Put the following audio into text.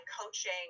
coaching